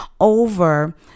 over